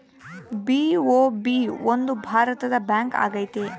BOB ಒಂದು ಭಾರತದ bank ಆಗೈತೆ